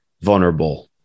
vulnerable